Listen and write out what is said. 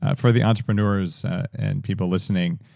for the entrepreneurs and people listening,